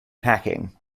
packing